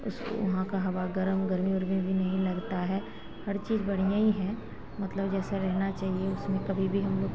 उसको वहाँ का हवा गर्म गर्मी उर्मी भी नहीं लगता है हर चीज़ बढ़िया ही है मतलब जैसा रहना चाहिए उसमें कभी भी हम लोग